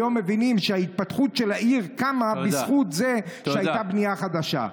היום מבינים שההתפתחות של העיר קמה בזכות זה שהייתה בנייה חדשה.